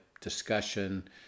discussion